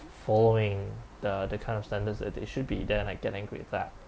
following the the kind of standards that they should be then I get angry at that